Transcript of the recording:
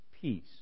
peace